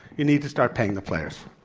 you need to start paying the players.